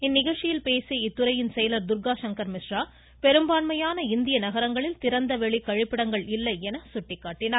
இந்நிகழ்ச்சியில் பேசிய இத்துறையின் செயலர் துர்கா சங்கர் மிஸ்ரா பெரும்பான்மையான இந்திய நகரங்களில் திறந்த வெளி கழிப்பிடங்கள் இல்லை என்று சுட்டிக்காட்டினார்